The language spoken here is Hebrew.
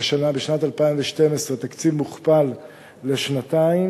בשנת 2012, תקציב מוכפל לשנתיים.